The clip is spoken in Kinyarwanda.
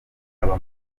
aba